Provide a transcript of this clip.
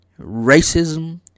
racism